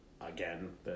again